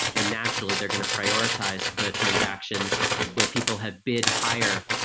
and naturally they're going to prioritize the transactions where people had bid higher,